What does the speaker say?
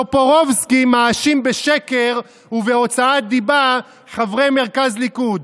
טופורובסקי מאשים בשקר ובהוצאת דיבה חברי מרכז ליכוד.